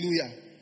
Hallelujah